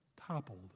toppled